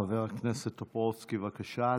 חבר הכנסת טופורובסקי, בבקשה.